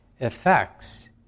effects